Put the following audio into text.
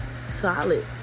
solid